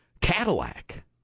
Cadillac